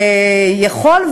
יכול,